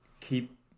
keep